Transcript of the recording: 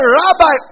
rabbi